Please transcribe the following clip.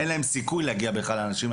אין להם סיכוי להגיע בכלל לאנשים.